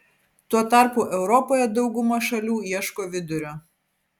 tuo tarpu europoje dauguma šalių ieško vidurio